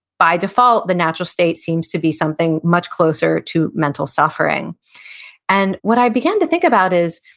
by default, the natural state seems to be something much closer to mental suffering and what i began to think about is,